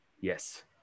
Yes